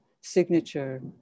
signature